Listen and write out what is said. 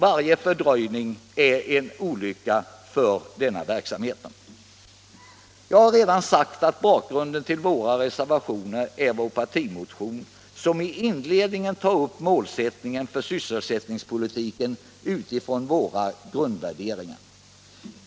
Varje fördröjning är nämligen en olycka i detta fall. Som jag redan sagt är bakgrunden till våra reservationer vår partimotion, som i inledningen tar upp målsättningen för sysselsättningspolitiken utifrån våra grundvärderingar.